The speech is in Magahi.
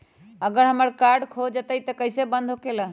अगर हमर कार्ड खो जाई त इ कईसे बंद होकेला?